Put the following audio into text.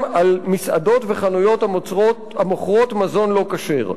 על מסעדות וחנויות המוכרות מזון לא כשר.